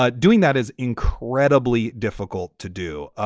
ah doing that is incredibly difficult to do.